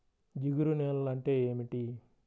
జిగురు నేలలు అంటే ఏమిటీ?